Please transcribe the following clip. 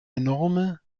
enorme